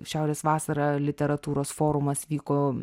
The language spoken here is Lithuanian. šiaurės vasara literatūros forumas vyko